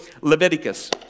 Leviticus